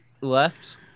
left